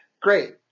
Great